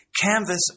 canvas